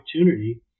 opportunity